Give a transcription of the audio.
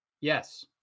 Yes